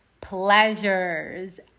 pleasures